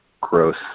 gross